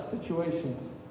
situations